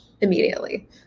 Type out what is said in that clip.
immediately